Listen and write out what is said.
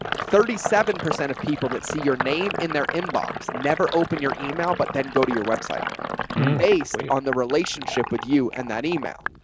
thirty seven percent of people that see your name in their inbox, never opened your email, but then go to your website based on the relationship with you and that email.